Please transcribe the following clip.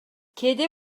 кээде